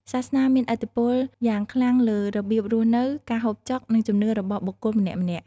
សាសនាមានឥទ្ធិពលយ៉ាងខ្លាំងលើរបៀបរស់នៅ ការហូបចុក និងជំនឿរបស់បុគ្គលម្នាក់ៗ។